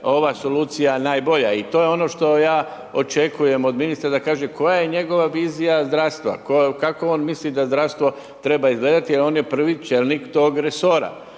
ova solucija najbolja i to je ono što ja očekujem od ministra da kaže koja je njegova vizija zdravstva, kako on misli da zdravstvo treba izgledati jer on je prvi čelnik tog resora.